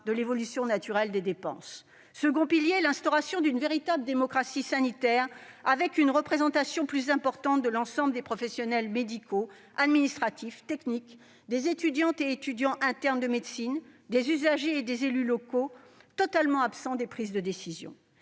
de l'évolution naturelle des dépenses ; et l'instauration d'une véritable démocratie sanitaire, avec une représentation plus importante de l'ensemble des professionnels médicaux, administratifs et techniques, des étudiantes et étudiants internes de médecine, des usagers et des élus locaux, totalement absents des prises de décision.